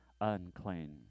unclean